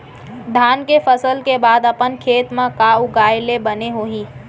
धान के फसल के बाद अपन खेत मा का उगाए ले बने होही?